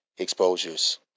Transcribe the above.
Exposures